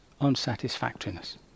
unsatisfactoriness